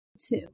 Two